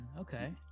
okay